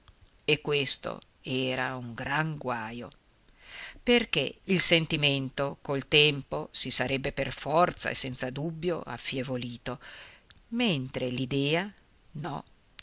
e questo era un gran guajo perché il sentimento col tempo si sarebbe per forza e senza dubbio affievolito mentre l'idea no